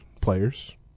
players